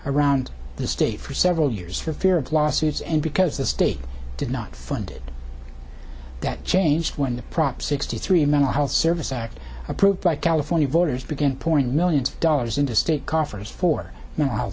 around the state for several years for fear of lawsuits and because the state did not funded that change when the prop sixty three mental health service act approved by california voters began pouring millions of dollars into state coffers for